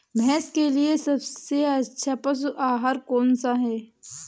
भैंस के लिए सबसे अच्छा पशु आहार कौन सा है?